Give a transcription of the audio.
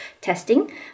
testing